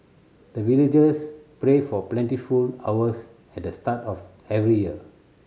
the villagers pray for plentiful harvest at the start of every year